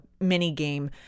mini-game